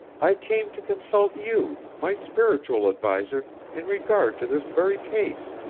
i came to consult you my spiritual adviser in regard to this very case.